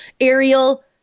Ariel